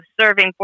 serving